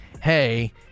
Hey